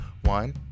One